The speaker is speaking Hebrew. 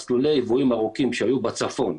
מסלולי ליוויים ארוכים שהיו בצפון,